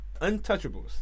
untouchables